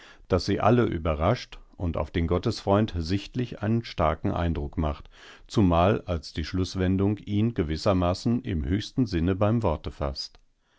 daß sie alle überrascht und auf den gottesfreund sichtlich einen starken eindruck macht zumal als die schlußwendung ihn gewissermaßen im höchsten sinne beim worte faßt